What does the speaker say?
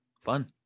fun